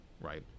right